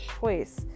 choice